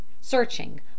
searching